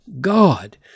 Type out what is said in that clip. God